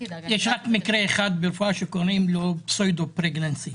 יש רק מקרה אחד ברפואה שקוראים לו pseudo pregnancy.